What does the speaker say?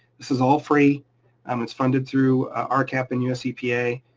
this is all free and it's funded through um rcap in us epa.